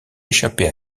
échapper